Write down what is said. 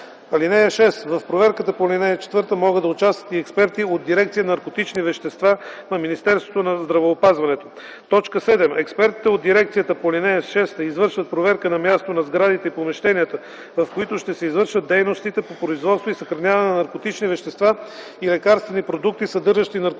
(6) В проверката по ал. 4 могат да участват и експерти от дирекция „Наркотични вещества” на Министерството на здравеопазването. (7) Експерти от дирекцията по ал. 6 извършват проверка на място на сградите и помещенията, в които ще се извършват дейностите по производство и съхраняване на наркотични вещества и лекарствени продукти, съдържащи наркотични вещества,